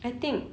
I think